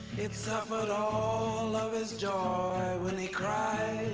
it suffered all of his joy when he cried